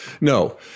No